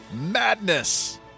madness